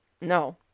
No